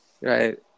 right